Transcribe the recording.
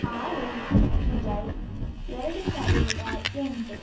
ಆರು ಜುಲೈ ಎರಡು ಸಾವಿರದ ಎಂಟು